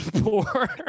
poor